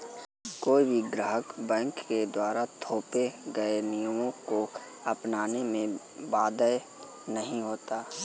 कोई भी ग्राहक बैंक के द्वारा थोपे गये नियमों को अपनाने में बाध्य नहीं होता